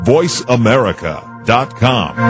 VoiceAmerica.com